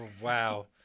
wow